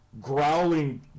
growling